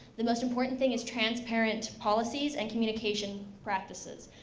the most important thing is transparent policies, and communication practices.